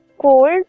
cold